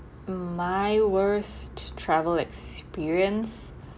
my worst tr~ travel experience